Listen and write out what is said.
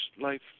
life